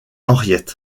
henriette